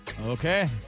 Okay